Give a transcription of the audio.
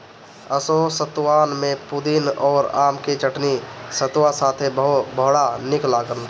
असो सतुआन में पुदीना अउरी आम के चटनी सतुआ साथे बड़ा निक लागल